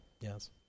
Yes